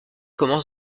commence